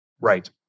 right